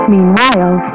Meanwhile